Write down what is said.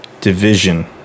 division